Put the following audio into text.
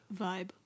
vibe